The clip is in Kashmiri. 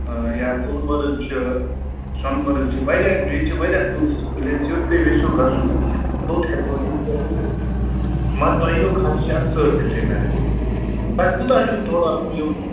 یا گُلمرگ چھِ سۄنہٕ مرگ چھِ واریاہ ییٚتہِ چھِ واریاہ ٹیٛوٗرِسٹہٕ پُلیس یوٚت تُہۍ ویژھِو گژھُن توٚت ہٮ۪کو مگر تۄہہِ یِیَو خرچہٕ اَتھ ژٔر تیٚلہِ تَمہِ آیہِ تۄہہِ کوٗتاہ چھُو تھوڑا یہِ